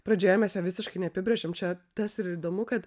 pradžioje mes jovisiškai neapibrėžėm čia tas ir įdomu kad